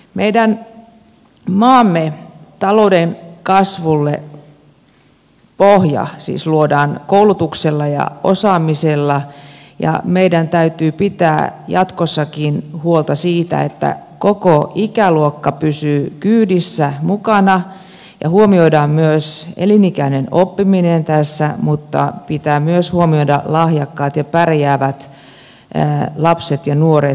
meidän maamme talouden kasvulle pohja siis luodaan koulutuksella ja osaamisella ja meidän täytyy pitää jatkossakin huolta siitä että koko ikäluokka pysyy kyydissä mukana ja huomioidaan myös elinikäinen oppiminen tässä mutta pitää myös huomioida lahjakkaat ja pärjäävät lapset ja nuoret